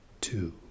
two